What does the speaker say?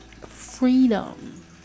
freedom